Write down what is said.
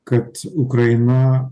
kad ukraina